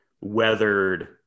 weathered